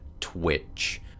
Twitch